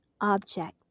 object